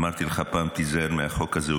אמרתי לך פעם: תיזהר מהחוק הזה,